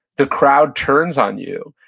the crowd turns on you,